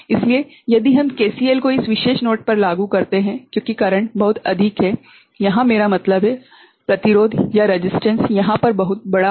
इसलिए यदि हम KCL को इस विशेष नोड पर लागू करते हैं क्योंकि करेंट बहुत अधिक है यहाँ मेरा मतलब है प्रतिरोध यहाँ पर बहुत बड़ा है